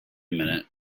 minute